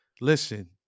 Listen